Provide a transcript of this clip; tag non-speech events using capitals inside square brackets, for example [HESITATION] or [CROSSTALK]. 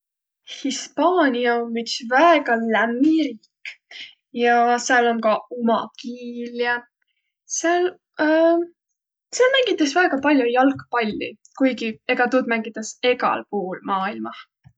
Hispaania om üts väega lämmi riik ja sääl om ka uma kiil ja sääl [HESITATION] sääl mängitäs väega pall'o jalgpalli, kuigi ega tuud mängitäs egäl puul maailmah.